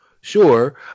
sure